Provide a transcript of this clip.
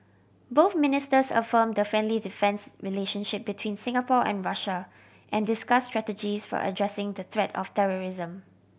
both ministers affirmed the friendly defence relationship between Singapore and Russia and discussed strategies for addressing the threat of terrorism